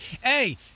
hey